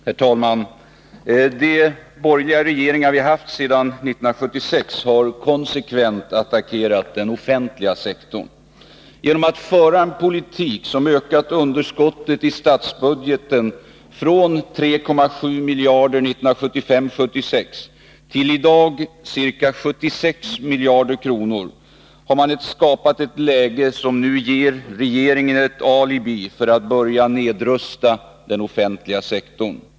Herr talman! De borgerliga regeringar vi haft sedan 1976 har konsekvent attackerat den offentliga sektorn. Genom att föra en politik som ökat underskottet i statskassan från 3,7 miljarder kronor 1975/76 till ca 77 miljarder kronor i dag, har man skapat ett läge som nu ger regeringen ett alibi för att börja nedrusta den offentliga sektorn.